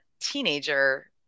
teenager